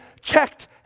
checked